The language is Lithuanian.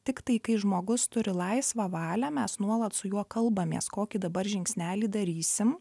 tiktai kai žmogus turi laisvą valią mes nuolat su juo kalbamės kokį dabar žingsnelį darysim